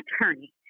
attorney